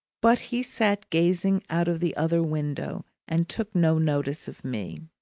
but he sat gazing out of the other window and took no notice of me.